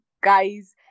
guys